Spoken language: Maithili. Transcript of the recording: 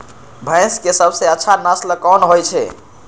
भैंस के सबसे अच्छा नस्ल कोन होय छे?